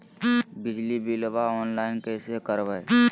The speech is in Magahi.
बिजली बिलाबा ऑनलाइन कैसे करबै?